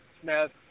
Smith